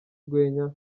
urwenya